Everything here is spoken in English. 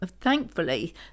Thankfully